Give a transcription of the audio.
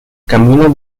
camino